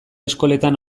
eskoletan